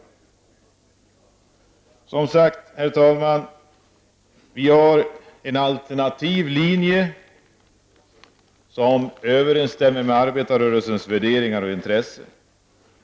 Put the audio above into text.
Vi har som sagt, herr talman, en alternativ linje som överensstämmer med arbetarrörelsens värderingar och intresse.